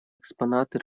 экспонаты